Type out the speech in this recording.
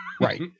Right